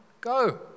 go